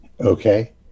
Okay